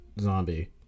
zombie